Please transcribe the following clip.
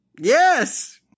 Yes